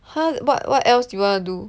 !huh! but what what else do you want to do